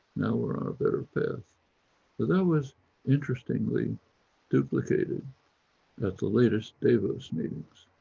now we're on a better path. but that was interestingly duplicated at the latest davos meetings.